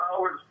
hours